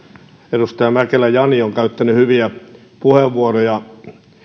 edustaja mäkelä jani ovat käyttäneet hyviä puheenvuoroja